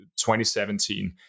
2017